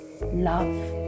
love